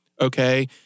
okay